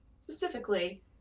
specifically